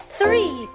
Three